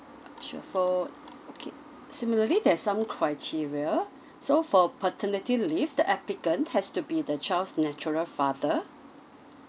o~ sure for okay similarly there are some criteria so for paternity leave the applicant has to be the child's natural father